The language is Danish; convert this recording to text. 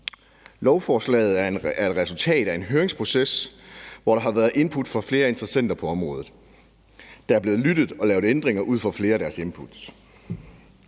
Lovforslaget er et resultat af en høringsproces, hvor der har været input fra flere interessenter på området. Der er blevet lyttet og lavet ændringer ud fra flere af deres input.